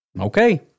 Okay